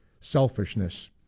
selfishness